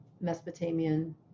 Mesopotamian